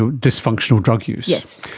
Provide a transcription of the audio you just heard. ah dysfunctional drug use. yes.